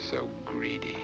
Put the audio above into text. so greedy